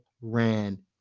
ran